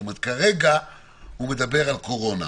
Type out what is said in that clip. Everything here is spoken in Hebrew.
כרגע הוא מדבר על קורונה,